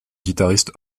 guitariste